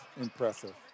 impressive